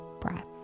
breath